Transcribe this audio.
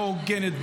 לא הוגנת,